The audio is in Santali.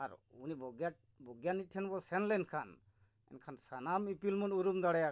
ᱟᱨ ᱩᱱᱤ ᱵᱚᱭᱜᱟᱱᱤᱠ ᱴᱷᱮᱱ ᱵᱚᱱ ᱥᱮᱱ ᱞᱮᱱᱠᱷᱟᱱ ᱮᱱᱠᱷᱟᱱ ᱥᱟᱱᱟᱢ ᱤᱯᱤᱞ ᱵᱚᱱ ᱩᱨᱩᱢ ᱫᱟᱲᱮ ᱟᱠᱚᱣᱟ